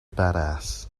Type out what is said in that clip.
badass